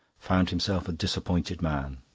found himself a disappointed man.